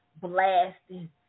blasting